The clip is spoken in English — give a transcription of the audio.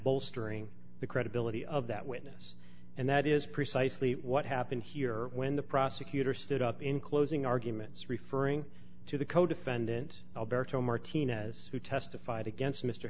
bolstering the credibility of that witness and that is precisely what happened here when the prosecutor stood up in closing arguments referring to the codefendant alberto martinez who testified against m